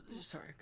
Sorry